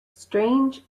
strange